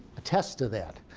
attests to that.